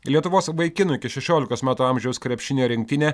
lietuvos vaikinų iki šešiolikos metų amžiaus krepšinio rinktinė